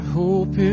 hope